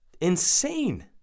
Insane